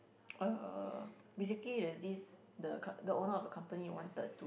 uh basically there's this the car the owner of the company wanted to